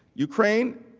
ukraine,